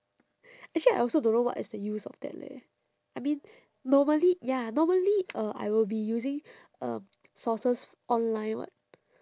actually I also don't know what is the use of that leh I mean normally ya normally uh I will be using um sources online [what]